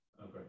Okay